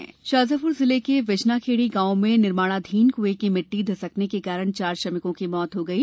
दुर्घटना शाजापुर जिले के बिजनाखेड़ी गांव में निर्माणाधीन कुए की मिट्टी धसकने के कारण चार श्रमिकों की मौत हो गयी